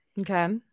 Okay